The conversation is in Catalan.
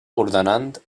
ordenant